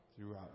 throughout